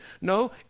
No